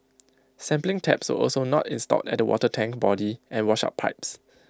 sampling taps were also not installed at the water tank body and washout pipes